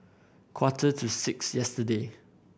quarter to six yesterday